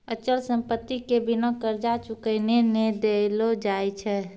अचल संपत्ति के बिना कर्जा चुकैने नै देलो जाय छै